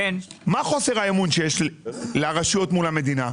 מה חוסר האמון שיש לרשויות מול המדינה,